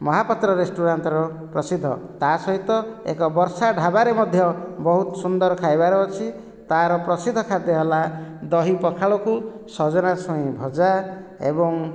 ମହାପାତ୍ର ରେଷ୍ଟୋରାଣ୍ଟର ପ୍ରସିଦ୍ଧ ତା ସହିତ ଏକ ବର୍ଷା ଢ଼ାବାରେ ମଧ୍ୟ ବହୁତ ସୁନ୍ଦର ଖାଇବାର ଅଛି ତା ର ପ୍ରସିଦ୍ଧ ଖାଦ୍ୟ ହେଲା ଦହି ପଖାଳକୁ ସଜନା ଛୁଇଁ ଭଜା ଏବଂ